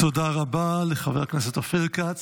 תודה רבה לחבר הכנסת אופיר כץ.